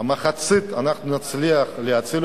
מחצית אנחנו נצליח להציל,